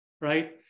right